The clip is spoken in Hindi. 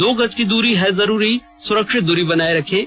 दो गज की दूरी है जरूरी सुरक्षित दूरी बनाए रखें